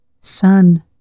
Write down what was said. sun